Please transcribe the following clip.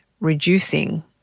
reducing